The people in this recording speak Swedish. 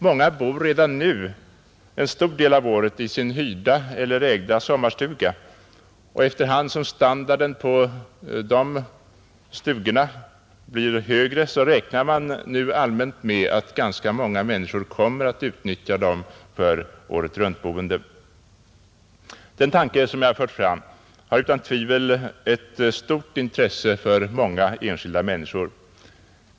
Många bor redan nu under en stor del av året i sin hyrda eller ägda sommarstuga, och efter hand som standarden på de stugorna blir högre räknar man allmänt med att ganska många människor kommer att utnyttja dem för åretruntboende. Den tanke som jag fört fram har utan tvivel ett stort intresse för många enskilda människor.